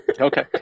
Okay